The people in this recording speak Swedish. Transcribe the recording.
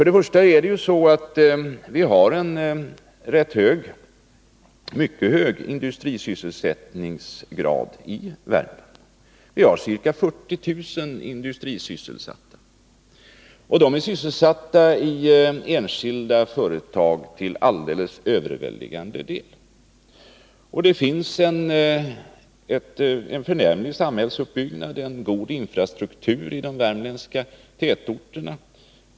Det förhåller sig ju faktiskt så att vi har en mycket hög industrisysselsättningsgrad i Värmland. Ca 40 000 människor är industrisysselsatta — till helt övervägande del i enskilda företag. Det finns en förnämlig samhällsuppbyggnad, en god infrastruktur, i de värmländska tätorterna.